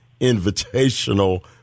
Invitational